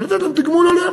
ולתת להם גמול הולם.